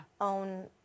own